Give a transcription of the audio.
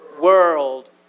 world